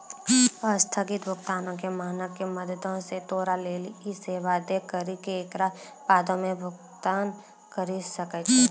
अस्थगित भुगतानो के मानक के मदतो से तोरा लेली इ सेबा दै करि के एकरा बादो मे भुगतान करि सकै छै